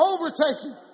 Overtaking